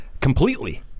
completely